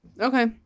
Okay